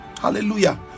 Hallelujah